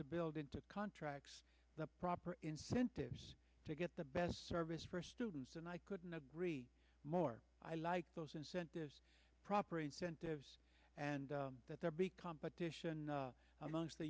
to build into contracts the proper incentives to get the best service for students and i couldn't agree more i like those incentives proper incentives and that there be competition amongst the